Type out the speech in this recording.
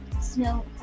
snow